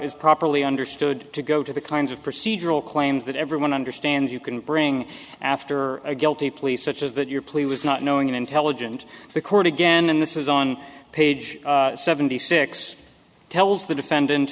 is properly understood to go to the kinds of procedural claims that everyone understands you can bring after a guilty plea such as that your plea was not knowing and intelligent the court again and this is on page seventy six tells the defendant